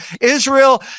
Israel